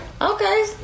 okay